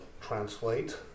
translate